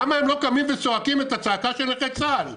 למה הם לא קמים וצועקים את הצעקה של נכי צה"ל?